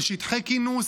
של שטחי כינוס,